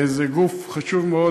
זה גוף חשוב מאוד,